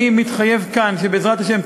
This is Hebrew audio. אני מתחייב כאן שבעזרת השם,